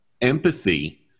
empathy